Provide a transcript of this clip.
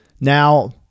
now